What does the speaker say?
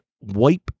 wipe